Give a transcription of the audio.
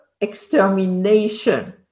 extermination